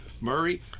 Murray